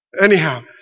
Anyhow